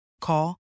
Call